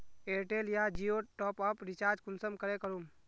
Airtel या जियोर top up recharge कुंसम करे करूम?